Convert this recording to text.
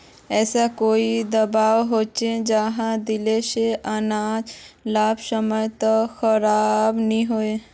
ऐसा कोई दाबा होचे जहाक दिले से अनाज लंबा समय तक खराब नी है?